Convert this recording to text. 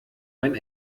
mein